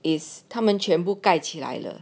is 他们全部盖起来了